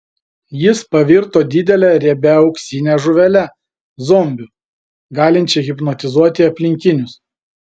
jis pavirto didele riebia auksine žuvele zombiu galinčia hipnotizuoti aplinkinius